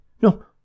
No